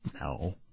No